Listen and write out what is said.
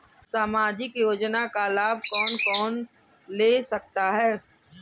सामाजिक योजना का लाभ कौन कौन ले सकता है?